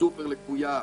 סופר לקויה.